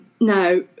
Now